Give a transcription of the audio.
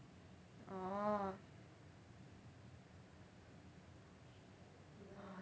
orh